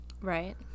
Right